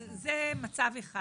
זה מצד אחד.